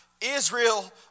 Israel